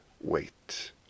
wait